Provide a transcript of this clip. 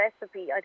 recipe